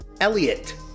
Elliot